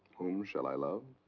whom shall i love?